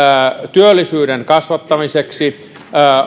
työllisyyden kasvattamiseksi